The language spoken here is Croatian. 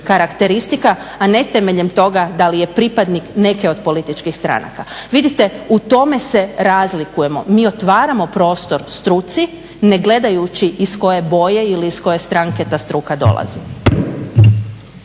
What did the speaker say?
karakteristika, a ne temeljem toga da li je pripadnik neke od političkih stranaka. Vidite u tome se razlikujemo. Mi otvaramo prostor struci ne gledajući iz koje boje ili iz koje stranke ta struka dolazi.